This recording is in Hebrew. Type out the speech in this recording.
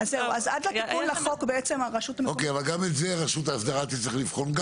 אבל, גם את זה רשות האסדרה תצטרך לבחון.